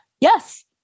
Yes